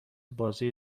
بازی